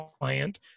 client